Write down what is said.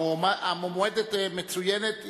המועמדת מצוינת.